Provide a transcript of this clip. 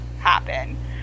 happen